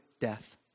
death